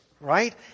right